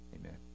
amen